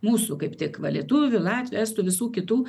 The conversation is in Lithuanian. mūsų kaip tik va lietuvių latvių estų visų kitų